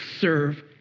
serve